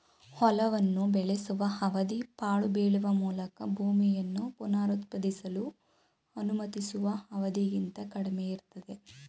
ಹೊಲವನ್ನು ಬೆಳೆಸುವ ಅವಧಿ ಪಾಳು ಬೀಳುವ ಮೂಲಕ ಭೂಮಿಯನ್ನು ಪುನರುತ್ಪಾದಿಸಲು ಅನುಮತಿಸುವ ಅವಧಿಗಿಂತ ಕಡಿಮೆಯಿರ್ತದೆ